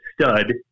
stud